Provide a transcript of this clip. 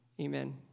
Amen